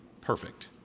perfect